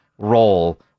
role